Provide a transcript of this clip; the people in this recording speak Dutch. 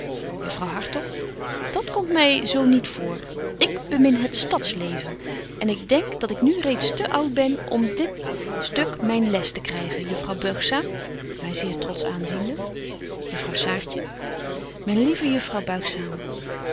juffrouw hartog dat komt my zo nietvoor ik bemin het stads leven en ik denk dat ik nu reeds te oud ben om op dit stuk myn les betje wolff en aagje deken historie van mejuffrouw sara burgerhart te krygen juffrouw buigzaam my zeer trotsch aanziende juffrouw saartje myn lieve juffrouw